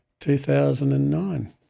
2009